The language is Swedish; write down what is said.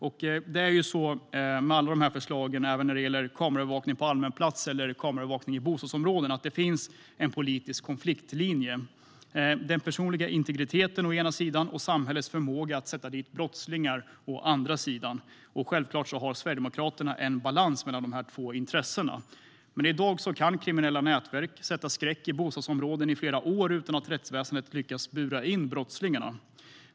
När det gäller alla de här förslagen, även kameraövervakning på allmän plats eller i bostadsområden, finns det en politisk konfliktlinje mellan den personliga integriteten och samhällets förmåga att sätta dit brottslingar. Självklart har Sverigedemokraterna en balans mellan dessa två intressen. I dag kan kriminella nätverk sätta skräck i bostadsområden i flera år utan att rättsväsendet lyckas bura in brottslingarna.